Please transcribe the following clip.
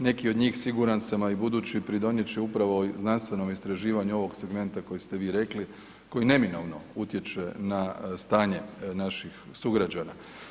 Neki od njih, siguran sam, a i budući, pridonijet će upravo znanstvenom istraživanju ovog segmenta koji ste vi rekli, koji neminovno utječe na stanje naših sugrađana.